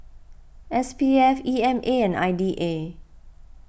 S P F E M A and I D A